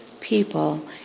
people